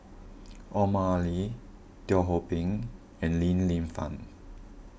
Omar Ali Teo Ho Pin and Li Lienfung